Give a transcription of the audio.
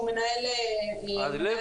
שהוא מנהל מאיץ.